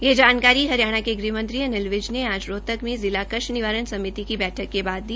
यह जानकारी हरियाणा के गृह मंत्री अनिल विज ने आज रोहतक में जिला कष्ट निवारण समिति की बैठक के बाद दी